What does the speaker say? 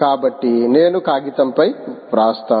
కాబట్టి నేను కాగితంపై వ్రాస్తాను